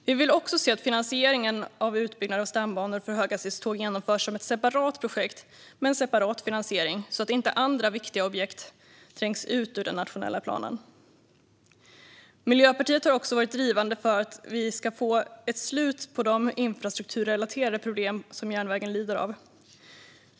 Vi vill också se att finansieringen av utbyggnaden av stambanor för höghastighetståg genomförs som ett separat projekt med en separat finansiering så att inte andra viktiga objekt trängs ut ur den nationella planen. Miljöpartiet har varit drivande för att vi ska få ett slut på de infrastrukturrelaterade problem som järnvägen lider av.